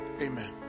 Amen